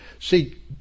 See